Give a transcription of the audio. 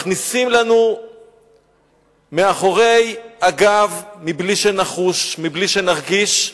מכניסים לנו מאחורי הגב, בלי שנחוש, בלי שנרגיש,